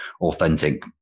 authentic